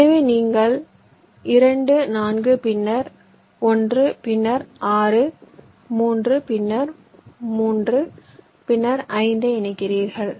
எனவே நீங்கள் 2 4 பின்னர் 1 பின்னர் 6 3 பின்னர் 3 பின்னர் 5 ஐ இணைக்கிறீர்கள்